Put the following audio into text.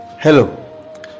Hello